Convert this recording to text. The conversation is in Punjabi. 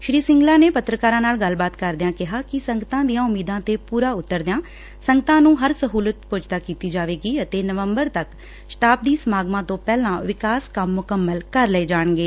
ਸ਼ੀ ਸਿੰਗਲਾ ਨੇ ਪੱਤਰਕਾਰਾਂ ਨਾਲ ਗੱਲਬਾਤ ਕਰਦਿਆਂ ਕਿਹਾ ਕਿ ਸੰਗਤਾਂ ਦੀਆਂ ਉਮੀਦਾਂ ਤੇ ਪੁਰਾ ਉਤਰਦਿਆਂ ਸੰਗਤਾਂ ਨੂੰ ਹਰ ਸਹੂਲਤ ਪੁੱਜਦਾ ਕੀਤੀ ਜਾਵੇਗੀ ਅਤੇ ਨਵੰਬਰ ਤੱਕ ਸ਼ਤਾਬਦੀ ਸਮਾਗਮਾਂ ਤੋਂ ਪਹਿਲਾਂ ਵਿਕਾਸ ਕੰਮ ਮੁਕੰਮਲ ਕਰ ਲਏ ਜਾਣਗੇ